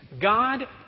God